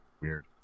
Weird